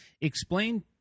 explain